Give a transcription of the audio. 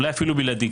אולי אפילו בלעדי,